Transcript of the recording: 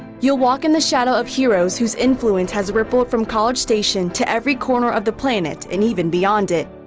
you'll walk in the shadow of heroes whose influence has rippled from college station to every corner of the planet, and even beyond it.